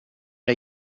der